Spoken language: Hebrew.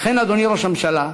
לכן, אדוני ראש הממשלה,